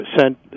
sent